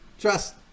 trust